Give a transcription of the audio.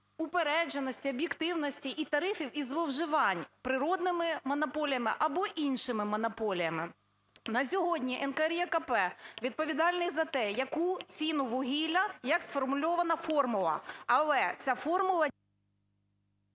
упередженості, об'єктивності і тарифів і зловживань природними монополіями або іншими монополіями. На сьогодні НКРЕКП відповідальний за те, яку ціну вугілля, як сформульована формула. Але ця формула…